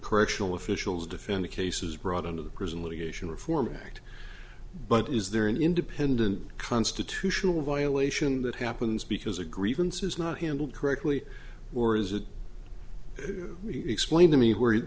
correctional officials defend cases brought into the prison litigation reform act but is there an independent constitutional violation that happens because a grievance is not handled correctly or is it explained to me where where